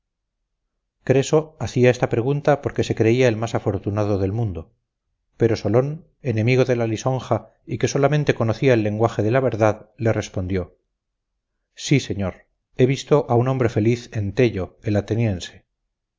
creso hacía esta pregunta porque se creía el más afortunado del mundo pero solón enemigo de la lisonja y que solamente conocía el lenguaje de la verdad le respondió sí señor he visto a un hombre feliz en tello el ateniense